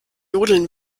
jodeln